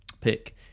pick